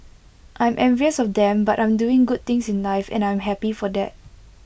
I'm envious of them but I'm doing good things in life and I am happy for that